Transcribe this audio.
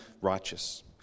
righteous